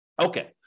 Okay